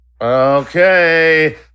Okay